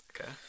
okay